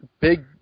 big